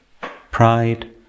pride